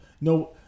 no